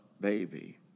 baby